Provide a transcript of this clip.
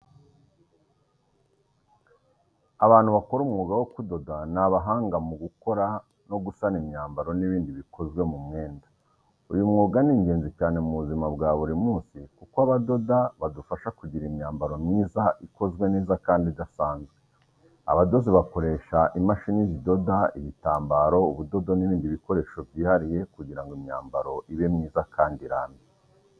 Abantu bakora umwuga wo kudoda ni abahanga mu gukora no gusana imyambaro n'ibindi bikozwe mu mwenda. Uyu mwuga ni ingenzi cyane mu buzima bwa buri munsi kuko abadoda badufasha kugira imyambaro myiza, ikozwe neza kandi idasanzwe. Abadozi bakoresha imashini zidoda, ibitambaro, ubudodo n'ibindi bikoresho byihariye kugira ngo imyambaro ibe myiza kandi irambe.